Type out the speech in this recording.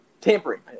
tampering